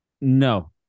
No